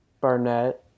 Barnett